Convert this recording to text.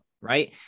right